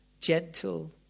gentle